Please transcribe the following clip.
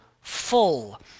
full